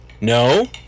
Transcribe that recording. No